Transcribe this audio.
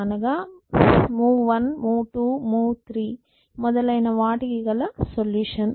అనగా move 1 move 2 move 3 మొదలైన వాటికి గల సొల్యూషన్